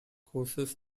courses